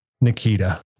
nikita